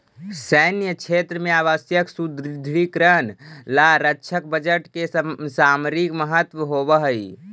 सैन्य क्षेत्र में आवश्यक सुदृढ़ीकरण ला रक्षा बजट के सामरिक महत्व होवऽ हई